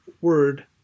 word